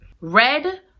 Red